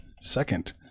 Second